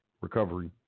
recovery